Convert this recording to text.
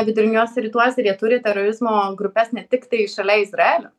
viduriniuose rytuose ir jie turi terorizmo grupes ne tiktai šalia izraelio